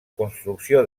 construcció